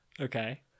Okay